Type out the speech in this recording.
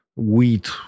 Wheat